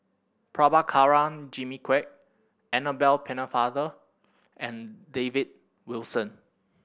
Prabhakara Jimmy Quek Annabel Pennefather and David Wilson